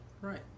Right